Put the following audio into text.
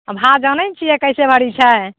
अब भा जानै छियै कैसे भरी छै